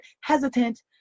hesitant